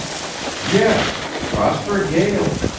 yes. prosper gael.